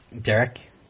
Derek